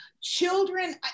children